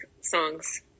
songs